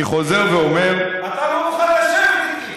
אני חוזר ואומר, אתה לא מוכן לשבת איתי.